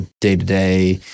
day-to-day